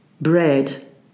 bread